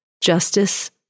justice